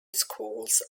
schools